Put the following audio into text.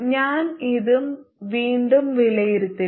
ഞാൻ ഇത് വീണ്ടും വിലയിരുത്തില്ല